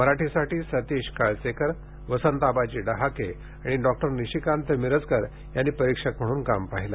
मराठीसाठी सतीश काळसेकर वसंत आबाजी डहाके आणि डॉक्टर निशिकांत मिरजकर यांनी परीक्षक म्हणून काम पाहिले